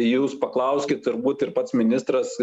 jūs paklauskit turbūt ir pats ministras